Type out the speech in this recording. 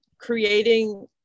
creating